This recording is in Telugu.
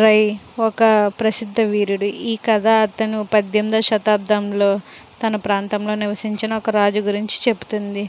రయ్ ఒక ప్రసిద్ధ వీరుడు ఈ కథ అతను పద్దెనిమిదవ శతాబ్దంలో తన ప్రాంతంలో నివసించిన ఒక రాజు గురించి చెబుతుంది